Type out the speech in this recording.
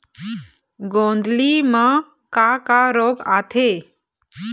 गोंदली म का का रोग आथे?